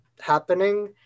happening